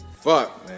Fuck